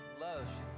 love